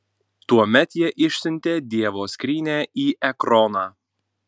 tuomet jie išsiuntė dievo skrynią į ekroną